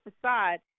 facade